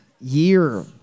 year